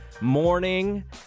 morning